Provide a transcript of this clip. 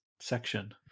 section